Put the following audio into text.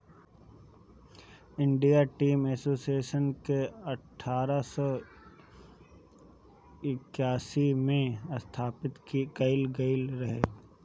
India tea association के अठारह सौ इक्यासी में स्थापित कईल गईल रहे